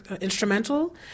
instrumental